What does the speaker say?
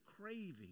craving